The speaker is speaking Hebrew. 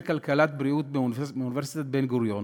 מומחה לכלכלת בריאות מאוניברסיטת בן-גוריון